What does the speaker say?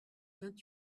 vingt